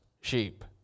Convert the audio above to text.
sheep